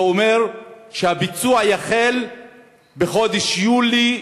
זה אומר שהביצוע יחל בחודש יוני,